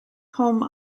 home